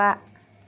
बा